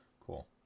Cool